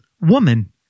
woman